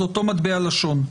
זה אותו מטבע לשון.